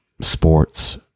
sports